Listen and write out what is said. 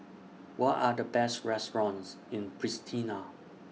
What Are The Best restaurants in Pristina